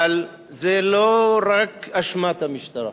אבל זה לא רק אשמת המשטרה.